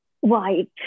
White